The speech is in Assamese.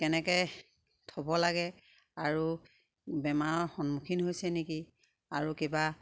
কেনেকে থ'ব লাগে আৰু বেমাৰৰ সন্মুখীন হৈছে নেকি আৰু কিবা